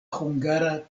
hungara